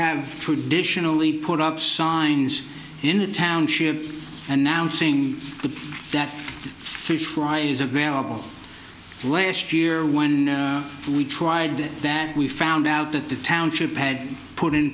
have traditionally put up signs in the township announcing the that fish fry is available last year when we tried that we found out that the township had put in